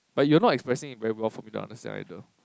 but you're not expressing it very well for me to understand either